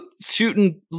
shooting